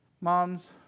Moms